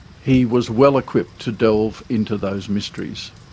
he was well-equipped to delve into those mysteries.